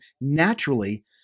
naturally